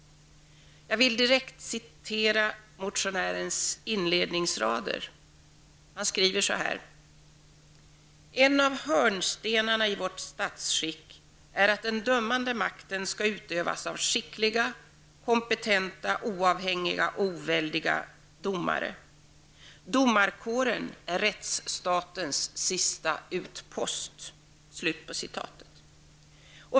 Jag vill direkt citera motionärens inledningsrader: ''En av hörnstenarna i vårt statsskick är att den dömande makten skall utövas av skickliga, kompetenta, oavhängiga och oväldiga domare. Domarkåren är rättsstatens sista utpost.''